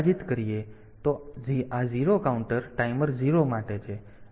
તો આ 0 counter timer 0 માટે છે